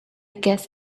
guess